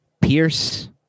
Pierce